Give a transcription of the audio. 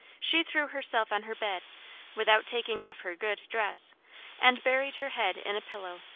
she threw herself on her bed without taking off her good dress and buried her head in a pillow,